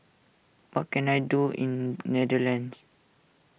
what can I do in Netherlands